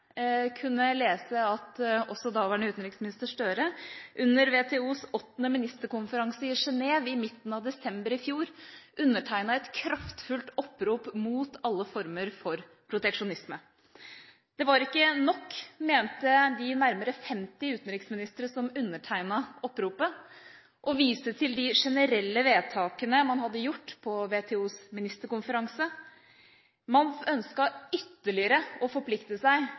kunne lese at daværende utenriksminister Gahr Støre under WTOs 8. ministerkonferanse i Genève i midten av desember i fjor undertegnet et kraftfullt opprop mot alle former for proteksjonisme. Det var ikke nok, mente de nærmere 50 utenriksministre som undertegnet oppropet, å vise til de generelle vedtakene man hadde gjort på WTOs ministerkonferanse, man ønsket ytterligere å forplikte seg